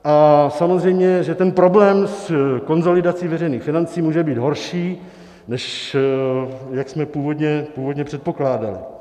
A samozřejmě, že ten problém s konsolidací veřejných financí může být horší, než jak jsme původně předpokládali.